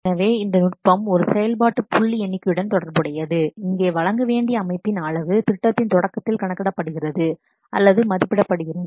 எனவே இந்த நுட்பம் ஒரு செயல்பாட்டு புள்ளி எண்ணிக்கையுடன் தொடர்புடையது இங்கே வழங்க வேண்டிய அமைப்பின் அளவு திட்டத்தின் தொடக்கத்தில் கணக்கிடப்படுகிறது அல்லது மதிப்பிடப்படுகிறது